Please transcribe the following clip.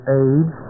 age